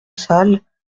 salle